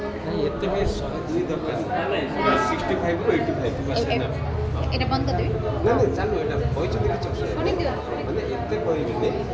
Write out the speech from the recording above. ନା ଏତେ ନାହିଁ ଶହେ ଦୁଇ ଦରକାରେ ସିକ୍ଷ୍ଟି ଫାଇବ୍ରୁ ଏଇଟି ଫାଇବ୍ ଏ ଏ ଏଇଟା ବନ୍ଦ କରିଦେବି ନାଇଁ ନାଇଁ ଚାଲୁ କହିଛନ୍ତି ଏଇଟା ଚାଲୁ ଶୁଣିଦିଅନ୍ତୁ ଶୁଣିଦିଅନ୍ତୁ ମାନେ ଏତେ କହିବେନି